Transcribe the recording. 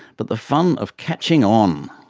but the fun of catching on.